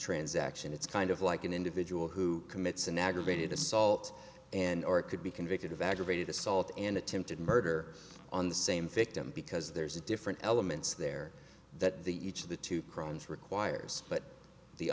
transaction it's kind of like an individual who commits an aggravated assault and or could be convicted of aggravated assault and attempted murder on the same victim because there's a different elements there that the each of the two crowns requires but the